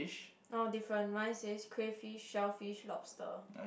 oh different mine says crayfish shellfish lobster